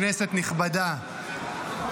כנסת נכבדה,